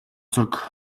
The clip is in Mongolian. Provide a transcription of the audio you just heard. цог